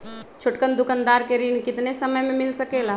छोटकन दुकानदार के ऋण कितने समय मे मिल सकेला?